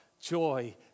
joy